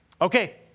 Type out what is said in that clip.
Okay